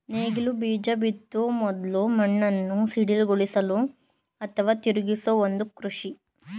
ನೇಗಿಲು ಬೀಜ ಬಿತ್ತೋ ಮೊದ್ಲು ಮಣ್ಣನ್ನು ಸಡಿಲಗೊಳಿಸಲು ಅಥವಾ ತಿರುಗಿಸೋ ಒಂದು ಕೃಷಿ ಸಾಧನವಾಗಯ್ತೆ